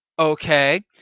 Okay